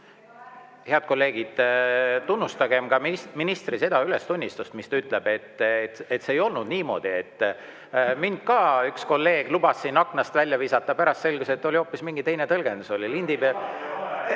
Head kolleegid, tunnustagem ka ministri ülestunnistust, ta ütles, et see ei olnud niimoodi. Mind ka üks kolleeg lubas siin aknast välja visata, pärast selgus, et oli hoopis mingi teine tõlgendus. Lindi peal